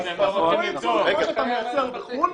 מה שאתה מייצר בחו"ל